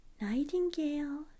Nightingale